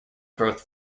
growth